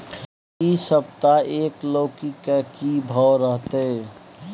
इ सप्ताह एक लौकी के की भाव रहत?